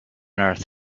earth